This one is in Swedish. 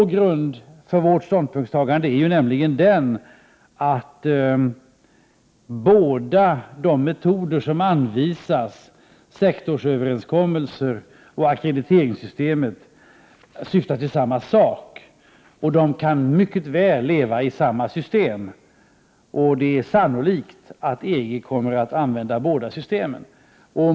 Grunden för vårt ställningstagande är nämligen att båda de metoder som anvisas, sektorsöverenskommelser och ackrediteringssystem, syftar till samma sak och mycket väl kan leva i samma system. Det är sannolikt att EG kommer att använda båda systemen.